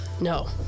No